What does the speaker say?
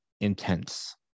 intense